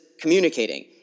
communicating